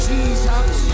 Jesus